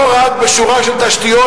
לא רק בשורה של תשתיות,